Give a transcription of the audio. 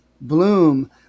bloom